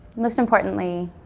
most importantly,